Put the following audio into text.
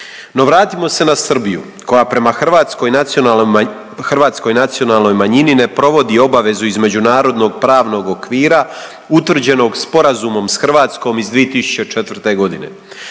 No vratimo se na Srbiju koja prema hrvatskoj nacionalnoj manjini ne provodi obavezu iz međunarodnog pravnog okvira utvrđenog Sporazumom s Hrvatskom iz 2004. godine.